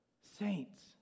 saints